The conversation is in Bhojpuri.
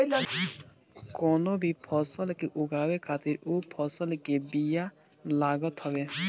कवनो भी फसल के उगावे खातिर उ फसल के बिया लागत हवे